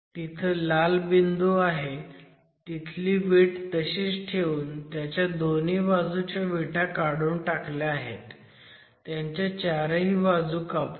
जिथं लाल बिंदू आहे तिथली वीट तशीच ठेऊन त्याच्या दोन्ही बाजूच्या विटा काढून टाकल्या आहेत त्यांच्या चारही बाजू कापून